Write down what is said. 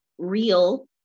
real